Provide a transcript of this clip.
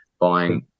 buying